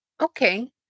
Okay